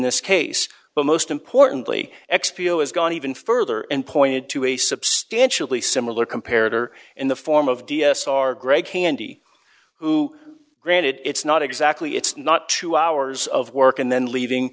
this case but most importantly x has gone even further and pointed to a substantially similar compared or in the form of d s r greg handy who granted it's not exactly it's not two hours of work and then